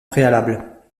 préalable